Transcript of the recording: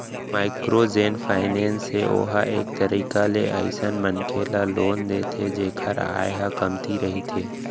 micro जेन finance हे ओहा एक तरीका ले अइसन मनखे ल लोन देथे जेखर आय ह कमती रहिथे